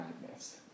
madness